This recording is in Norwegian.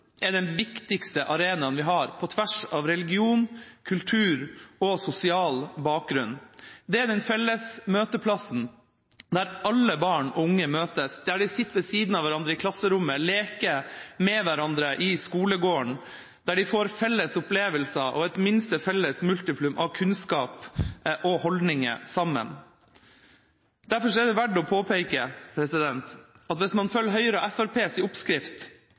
er den viktigste arenaen vi har, på tvers av religion, kultur og sosial bakgrunn. Det er den felles møteplassen der alle barn og unge møtes, der de sitter ved siden av hverandre i klasserommet, leker med hverandre i skolegården, der de får felles opplevelser og et minste felles multiplum av kunnskap og holdninger sammen. Derfor er det verdt å påpeke at hvis man følger Høyres og Fremskrittspartiets oppskrift